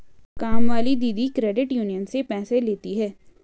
कामवाली दीदी credit union से पैसे लेती हैं